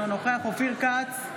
אינו נוכח אופיר כץ,